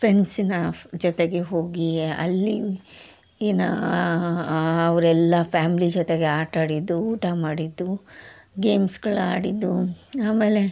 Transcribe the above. ಫ್ರೆಂಡ್ಸ್ನ ಜೊತೆಗೆ ಹೋಗಿ ಅಲ್ಲಿ ಏನು ಅವರೆಲ್ಲ ಫ್ಯಾಮ್ಲಿ ಜೊತೆಗೆ ಆಟ ಆಡಿದ್ದು ಊಟ ಮಾಡಿದ್ದು ಗೇಮ್ಸ್ಗಳನ್ನ ಆಡಿದ್ದು ಆಮೇಲೆ